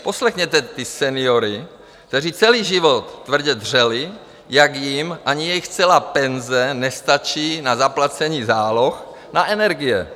Poslechněte seniory, kteří celý život tvrdě dřeli, jak jim ani jejich celá penze nestačí na zaplacení záloh na energie.